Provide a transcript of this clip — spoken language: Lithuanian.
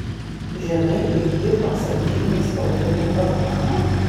žinai kaip ji pasak džeinės pavadino tavo mamą